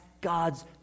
God's